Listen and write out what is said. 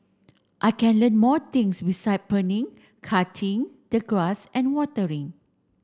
I can learn more things beside pruning cutting the grass and watering